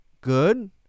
good